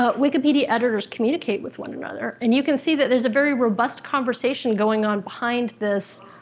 ah wikipedia editors communicate with one another. and you can see that there's a very robust conversation going on behind this.